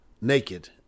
naked